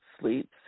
sleeps